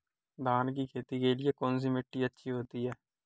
धान की खेती के लिए कौनसी मिट्टी अच्छी होती है?